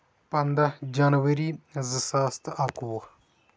پَنداہ جنؤری زٕ ساس تہٕ اَکہٕ وُہ